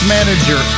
Manager